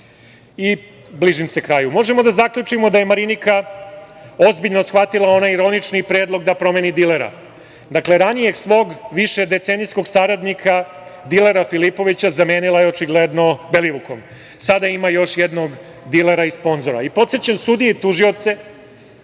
porodicama žrtava? Možemo da zaključimo da je Marinika ozbiljno shvatila onaj ironični predlog da promeni dilera. Dakle, ranije svog višedecenijskog saradnika, dilera Filipovića, zamenila je očigledno Belivukom. Sada ima još jednog dilera i sponzora. Podsećam sudije i tužioce